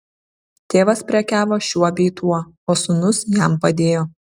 tėvas prekiavo šiuo bei tuo o sūnus jam padėjo